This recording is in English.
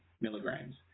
milligrams